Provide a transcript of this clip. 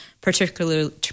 particularly